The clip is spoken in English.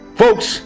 folks